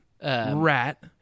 Rat